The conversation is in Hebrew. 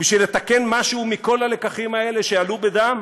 בשביל לתקן משהו מכל הלקחים האלה, שעלו בדם?